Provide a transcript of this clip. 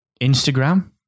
Instagram